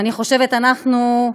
ואני חושבת שאנחנו,